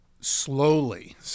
slowly